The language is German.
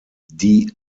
die